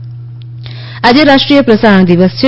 પ્રસારણ દિવસ આજે રાષ્ટ્રીય પ્રસારણ દિવસ છે